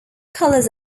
colours